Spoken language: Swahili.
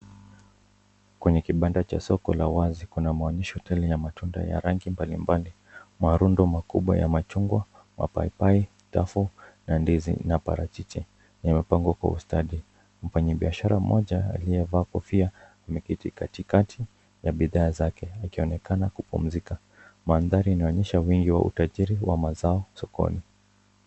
Kwenye kibanda cha soko la wazi kuna maonyesho tele ya matunda ya rangi mbalimbali. Marundo makubwa ya machungwa, mapapai, tufaa, na ndizi na parachichi yamepangwa kwa ustadi. Mfanyabiashara mmoja aliyevaa kofia ameketi katikati ya bidhaa zake akionekana kupumzika. Mandhari inaonyesha wingi wa utajiri wa mazao sokoni.